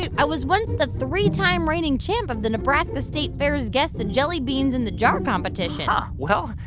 yeah i was once the three-time reigning champ of the nebraska state fair's guess-the-jelly-beans-in-the-jar competition yeah well,